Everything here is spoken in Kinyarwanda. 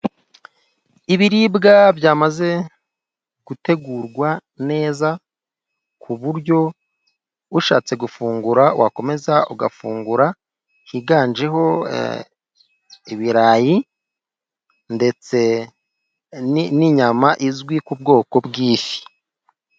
Ibiribwa byamaze gutegurwa neza ku buryo ushatse gufungura wakomeza ugafungura, higanjeho ibirayi ndetse n'inyama izwi ku bwoko bw'ifi.